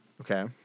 Okay